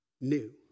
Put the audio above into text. New